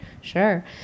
sure